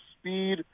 speed